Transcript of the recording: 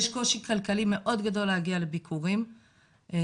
יש קושי כלכלי מאוד גדול להגיע לביקורים פיזית,